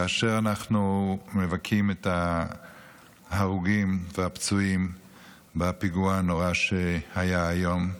כאשר אנחנו מבכים את ההרוגים והפצועים בפיגוע הנורא שהיה היום.